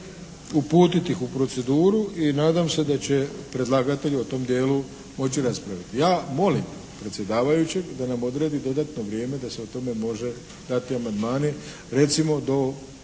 uputiti ih u proceduru i nadam se da će predlagatelj o tom dijelu moći raspraviti. Ja molim predsjedavajućeg da nam odredi dodatno vrijeme da se o tome može dati amandmani, recimo do